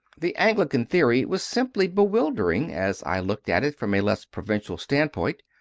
the anglican theory was simply bewil dering, as i looked at it from a less provincial standpoint.